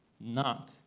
Knock